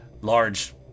large